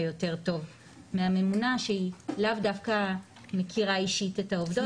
יותר טוב מהממונה שהיא לאו דווקא מכירה אישית את העובדות.